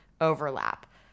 overlap